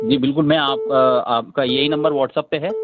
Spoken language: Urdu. جی بالکل میں آپ آپ کا یہی نمبر واٹسپ پہ ہے